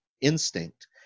instinct